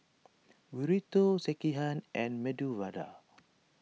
Burrito Sekihan and Medu Vada